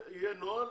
יהיה נוהל